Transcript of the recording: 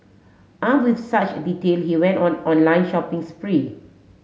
arm with such detail he went on online shopping spree